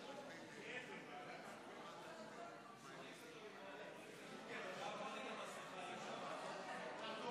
אני מכריזה כי הצעת חוק